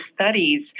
studies